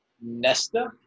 Nesta